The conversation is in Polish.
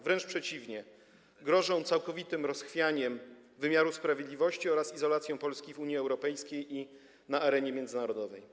Wręcz przeciwnie, grożą całkowitym rozchwianiem wymiaru sprawiedliwości oraz izolacją Polski w Unii Europejskiej i na arenie międzynarodowej.